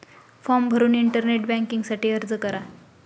form भरून internet banking साठी अर्ज करा